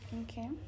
Okay